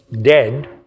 dead